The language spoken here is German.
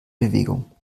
bewegung